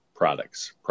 products